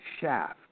shaft